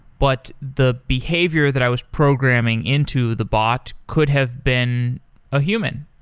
but the behavior that i was programming into the bot could have been a human.